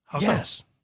Yes